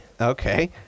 Okay